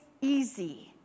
easy